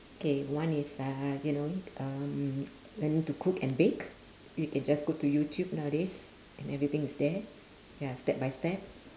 K one is uh you know um learning to cook and bake you can just go to youtube nowadays and everything is there ya step by step